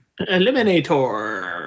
Eliminator